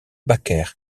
baker